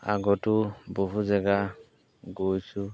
আগতো বহু জেগা গৈছোঁ